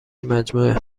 مجموعه